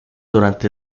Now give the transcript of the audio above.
durante